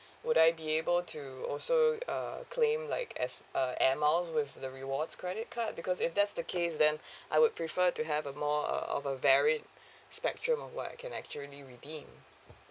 would I be able to also uh claim like as uh airmiles with the rewards credit card because if that's the case then I would prefer to have a more uh of a varied spectrum of what I can actually redeem